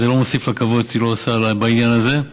וזה לא מוסיף לה כבוד שהיא לא עושה בעניין הזה,